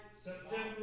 September